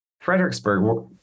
Fredericksburg